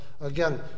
again